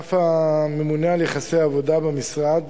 האגף הממונה על יחסי העבודה במשרד